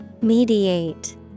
Mediate